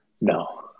No